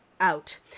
out